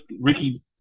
Ricky –